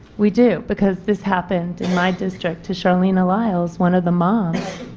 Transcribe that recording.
we do. because this happened in my district to charlenna lyles one of the moms